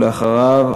ואחריו,